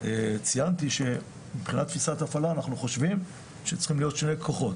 ציינתי שמבחינת תפיסת הפעלה אנחנו חושבים שצריכים להיות שני כוחות.